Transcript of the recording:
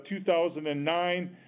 2009